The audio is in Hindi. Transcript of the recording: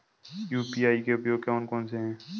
यू.पी.आई के उपयोग कौन कौन से हैं?